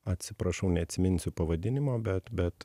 atsiprašau neatsiminsiu pavadinimo bet bet